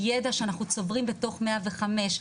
הידע שאנחנו צוברים בתוך 105,